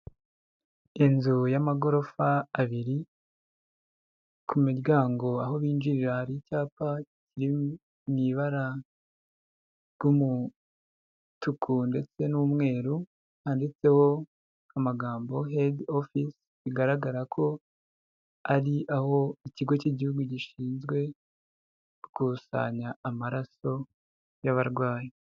Inzu y'amagorofa abiri, ku miryango aho binjirira hari icyapa kiri mu ibara ry'umutuku ndetse n'umweru, handitseho amagambo Head Office, bigaragara ko ari aho ikigo cy'igihugu gishinzwe gukusanya amaraso y'abarwayi.